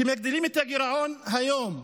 כשמגדילים את הגירעון היום,